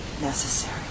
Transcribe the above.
necessary